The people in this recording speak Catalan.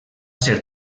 ser